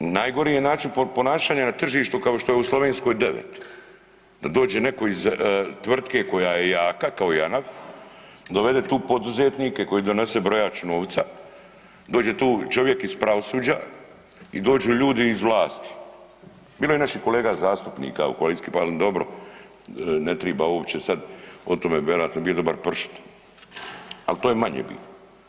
Najgori je način ponašanja na tržištu kao što je u Slovenskoj 9, da dođe netko iz tvrtke koja je jaka kao JANAF dovede tu poduzetnike koji donose brojač novca, dođe tu čovjek iz pravosuđa i dođu ljudi iz vlasti, bilo je i naših kolega zastupnika koalicijskih, dobro ne triba uopće sad o tome benat, bio dobar pršut, al to je manje bitno.